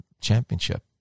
championship